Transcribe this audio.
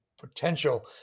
potential